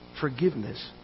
forgiveness